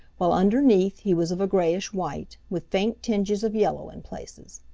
while underneath he was of a grayish-white, with faint tinges of yellow in places.